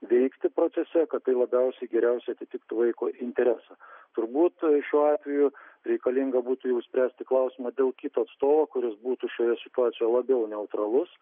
veikti procese kad tai labiausiai geriausiai atitiktų vaiko interesą turbūt šiuo atveju reikalinga būtų jau spręsti klausimą dėl kito atstovo kuris būtų šioje situacijoje labiau neutralus